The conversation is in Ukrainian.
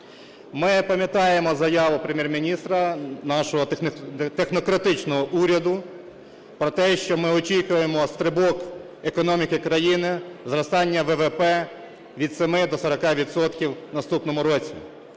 Ми пам'ятаємо заяву Прем'єр-міністра нашого технократичного уряду про те, що ми очікуємо стрибок економіки країни, зростання ВВП від 7 до 40 відсотків в наступному році.